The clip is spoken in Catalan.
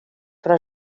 però